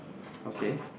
okay